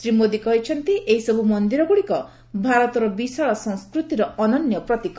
ଶ୍ରୀ ମୋଦି କହିଛନ୍ତି ଏହିସବୁ ମନ୍ଦିରଗୁଡ଼ିକ ଭାରତର ବିଶାଳ ସଂସ୍କୃତିର ଅନନ୍ୟ ପ୍ରତୀକ